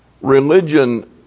Religion